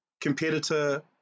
competitor